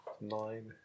Nine